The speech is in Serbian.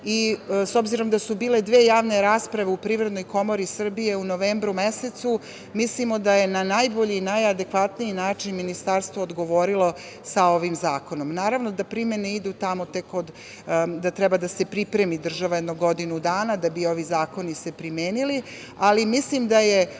i s obzirom da su bile dve javne rasprave u Privrednoj komori Srbije u novembru mesecu mislimo da je na najbolji i najadekvatniji načini Ministarstvo odgovorilo sa ovim zakonom. Naravno da primene idu tamo, da treba da se pripremi država jedno godinu dana da bi se ovi zakoni primenili, ali mislim da je